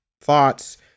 thoughts